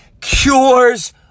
cures